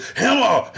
hammer